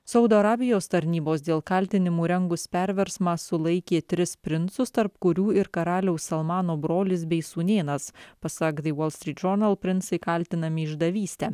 saudo arabijos tarnybos dėl kaltinimų rengus perversmą sulaikė tris princus tarp kurių ir karaliaus salmano brolis bei sūnėnas pasak de val stryt džournal princai kaltinami išdavyste